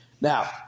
Now